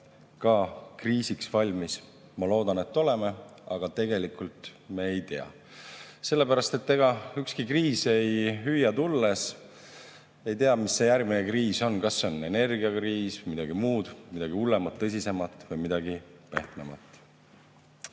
ka kriisiks valmis? Ma loodan, et oleme, aga tegelikult me ei tea. Sellepärast, et ega ükski kriis ei hüüa tulles. Ei tea, mis see järgmine kriis on, kas see on energiakriis, midagi muud, midagi hullemat, tõsisemat, või midagi pehmemat. Täna